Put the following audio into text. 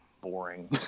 boring